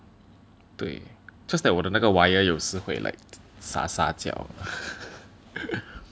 对 just that 我的那个 wire 有时会 like 撒撒娇